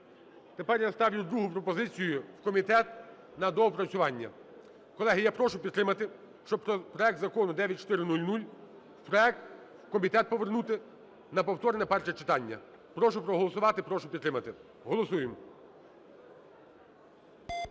Тепер я ставлю другу пропозицію – в комітет на доопрацювання. Колеги, я прошу підтримати, щоб проект закону 9400, проект, в комітет повернути на повторне перше читання. Прошу проголосувати, прошу підтримати. Голосуємо.